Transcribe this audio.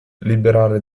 liberare